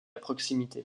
proximité